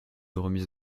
remises